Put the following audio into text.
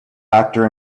actor